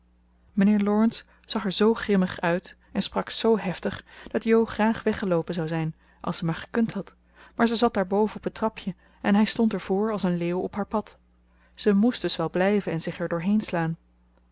mijnheer laurence zag er zoo grimmig uit en sprak zoo heftig dat jo graag weggeloopen zou zijn als ze maar gekund had maar ze zat daar boven op het trapje en hij stond er voor als een leeuw op haar pad ze moest dus wel blijven en zich er door